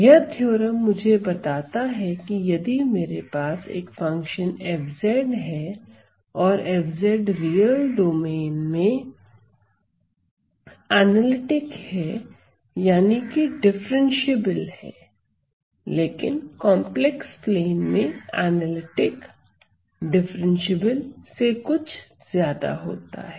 यह थ्योरम मुझे बताता है कि यदि मेरे पास एक फंक्शन f है और f रियल डोमेन में ऐनालिटिक है यानी कि डिफ्रेंशिएबल है लेकिन कॉम्प्लेक्स प्लेन में ऐनालिटिक डिफ्रेंशिएबल से कुछ ज्यादा होता है